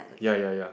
ya ya ya